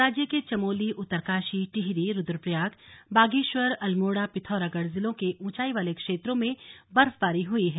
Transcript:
राज्य के चमोली उत्तरकाशी टिहरी रुद्रप्रयाग बागेश्वर अल्मोड़ा पिथौरागढ़ जिलों के ऊंचाई वाले क्षेत्रों में बर्फबारी हुई है